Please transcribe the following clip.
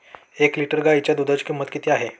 एक लिटर गाईच्या दुधाची किंमत किती आहे?